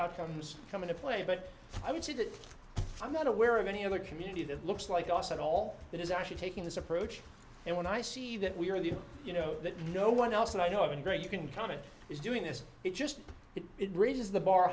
outcomes come into play but i would say that i'm not aware of any other community that looks like us at all that is actually taking this approach and when i see that we're in the you know that no one else and i know a great you can comment is doing this it just raises the bar